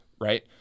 right